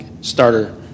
starter